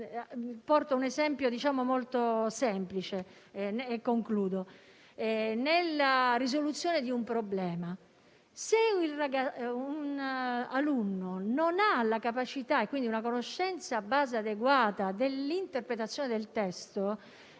fare un esempio molto semplice. Nella risoluzione di un problema, se l'alunno non ha la capacità e quindi una conoscenza di base adeguata per l'interpretazione del testo,